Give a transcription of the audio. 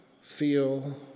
feel